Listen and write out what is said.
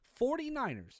49ERS